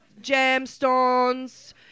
gemstones